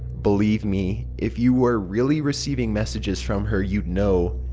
believe me, if you were really receiving messages from her you'd know,